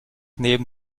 neben